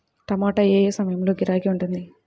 టమాటా ఏ ఏ సమయంలో గిరాకీ ఉంటుంది?